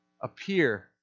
appear